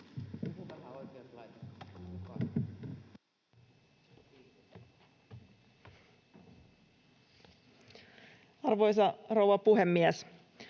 Arvoisa rouva puhemies!